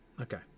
Okay